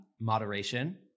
Moderation